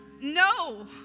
No